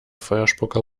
feuerspucker